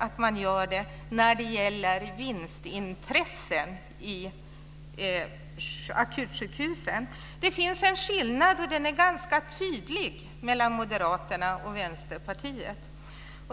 att man vill göra det när det gäller vinstintressen för akutsjukhusen. Det finns en skillnad - den är ganska tydlig - mellan moderaterna och Vänsterpartiet.